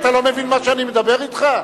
אתה לא מבין מה שאני מדבר אתך?